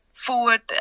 forward